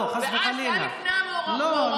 זה היה לפני המאורעות האלה.